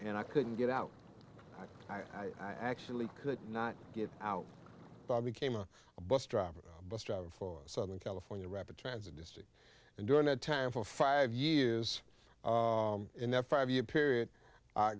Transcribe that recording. and i couldn't get out i actually could not get out became a bus driver bus driver for southern california rapid transit district and during that time for five years in that five year period i